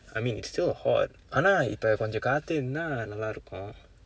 I mean it's still hot ஆனா இப்போ கொஞ்சம் காற்று இருந்த நல்லா இருக்கும்:aanaa ippo konjsam karru irundthaa nallaa irukkum